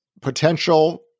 potential